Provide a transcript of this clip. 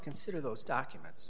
consider those documents